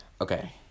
okay